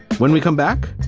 when we come back,